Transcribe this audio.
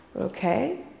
Okay